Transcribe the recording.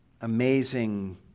amazing